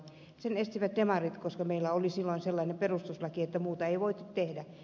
sen estivät demarit koska meillä oli silloin sellainen perustuslaki että muuta ei voitu tehdä